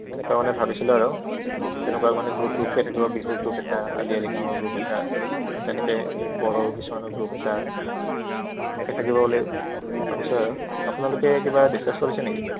এনেকুৱা মানে ভাবিছিলোঁ আৰু তেনেকুৱা মানে গ্ৰুপ গ্ৰুপকৈ থাকিব বিহুৰ গ্ৰুপ এটা আলি আই লিগাঙৰ গ্ৰুপ এটা তেনেকৈ বড়ো কিছুমানৰ গ্ৰুপ এটা এনেকৈ থাকিব বুলি ভাবিছোঁ আৰু আপোনালোকে কিবা ডিছকাছ কৰিছে নেকি